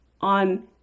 on